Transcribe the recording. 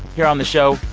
here on the show,